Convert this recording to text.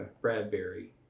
Bradbury